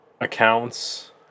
accounts